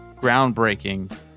Groundbreaking